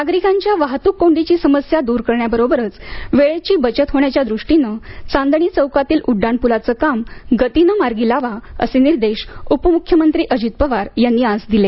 नागरिकांच्या वाहतूक कोंडीची समस्या दूर करण्याबरोबरच वेळेची बचत होण्याच्या दृष्टीने चांदणी चौकातील उड्डाणपुलाचे काम गतीने मार्गी लावा असे निर्देश उपम्ख्यमंत्री अजित पवार यांनी आज दिले